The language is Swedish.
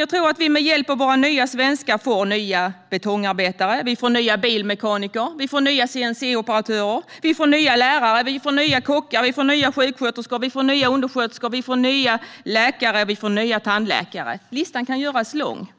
Jag tror att vi med hjälp av våra nya svenskar får nya betongarbetare, nya bilmekaniker, nya CNC-operatörer, nya lärare, nya kockar, nya sjuksköterskor, nya undersköterskor, nya läkare och nya tandläkare. Listan kan göras lång.